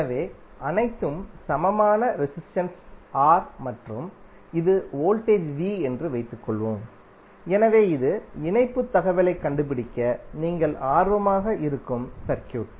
எனவே அனைத்தும் சமமான ரெசிஸ்டென்ஸ் R மற்றும் இது வோல்டேஜ் V என்று வைத்துக்கொள்வோம் எனவே இது இணைப்புத் தகவலைக் கண்டுபிடிக்க நீங்கள் ஆர்வமாக இருக்கும் சர்க்யூட்